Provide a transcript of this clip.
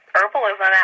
herbalism